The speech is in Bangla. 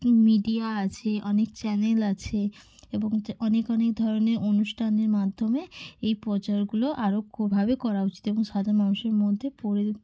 মিডিয়া আছে অনেক চ্যানেল আছে এবং অনেক অনেক ধরনের অনুষ্ঠানের মাধ্যমে এই প্রচারগুলো ভাবে করা উচিত এবং সাধারণ মানুষের মধ্যে পড়ে